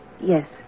Yes